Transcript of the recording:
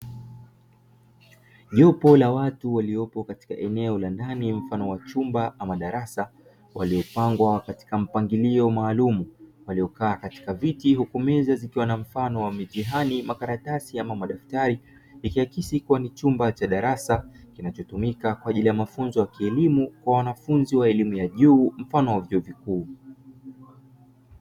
Jopo la watu waliopo katika eneo la ndani mfano wa chumba ama darasa waliopangwa katika mpangilio maalumu, waliokaa katika viti huku meza zikiwa na mfano wa mitihani, makaratasi ama madaftari ikiakisi kuwa ni chumba cha darasa kinachotumika kwa ajili ya mafunzo ya kielimu kwa wanafunzi wa elimu ya juu mfano wa vyuo vikuu.